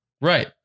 right